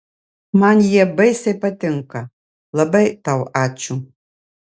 man jie baisiai patinka labai tau ačiū